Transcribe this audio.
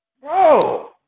Bro